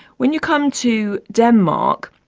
when you come to denmark,